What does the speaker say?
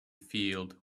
field